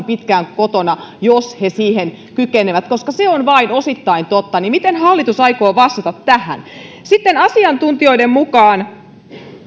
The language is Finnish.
pitkään kotona jos he siihen kykenevät koska se on vain osittain totta miten hallitus aikoo vastata tähän sitten asiantuntijoiden mukaan